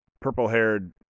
purple-haired